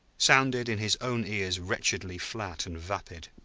sounded in his own ears wretchedly flat and vapid.